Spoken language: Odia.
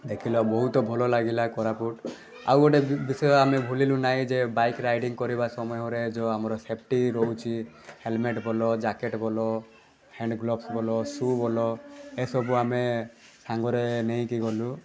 ଦେଖିଲୁ ବହୁତ ଭଲ ଲାଗିଲା କୋରାପୁଟ ଆଉ ଗୋଟେ ବିଷୟ ଆମେ ଭୁଲିଲୁ ନାହିଁ ଯେ ବାଇକ୍ ରାଇଡିଂ କରିବା ସମୟରେ ଯେଉଁ ଆମର ସେଫ୍ଟି ରହୁଛି ହେଲମେଟ୍ ବୋଲୋ ଜ୍ୟାକେଟ୍ ବୋଲୋ ହ୍ୟାଣ୍ଡ ଗ୍ଲୋବସ୍ ବୋଲୋ ସୁ ବୋଲୋ ଏସବୁ ଆମେ ସାଙ୍ଗରେ ନେଇକି ଗଲୁ